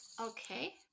okay